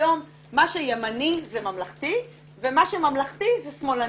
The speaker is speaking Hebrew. היום מה שימני זה ממלכתי, ומה שממלכתי זה שמאלני.